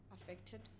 affected